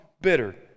bitter